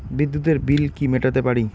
বিদ্যুতের বিল কি মেটাতে পারি?